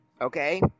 okay